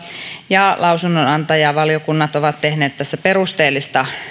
ja lausun nonantajavaliokunnat ovat tehneet tässä perusteellista